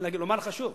ולומר לך שוב,